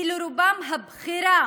כי לרובם הבחירה